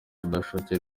kudakoresha